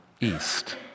East